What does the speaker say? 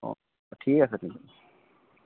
অঁ ঠিক আছে তেনেহ'লে